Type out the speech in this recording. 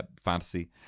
fantasy